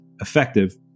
effective